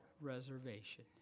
reservation